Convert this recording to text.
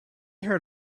heard